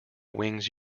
wings